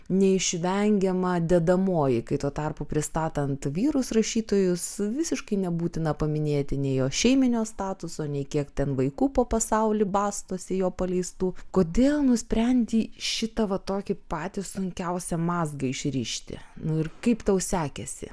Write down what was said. neišvengiama dedamoji kai tuo tarpu pristatant vyrus rašytojus visiškai nebūtina paminėti nei jo šeiminio statuso nei kiek ten vaikų po pasaulį bastosi jo paleistų kodėl nusprendei šitą va tokį patį sunkiausią mazgą išrišti nu ir kaip tau sekėsi